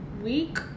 week